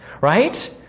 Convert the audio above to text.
right